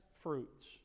fruits